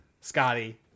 scotty